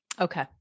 Okay